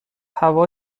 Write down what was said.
هوا